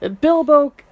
Bilbo